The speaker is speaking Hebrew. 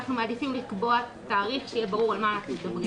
אנחנו מעדיפים לקבוע תאריך כדי שיהיה ברור על מה אנחנו מדברים.